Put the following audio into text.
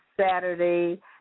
Saturday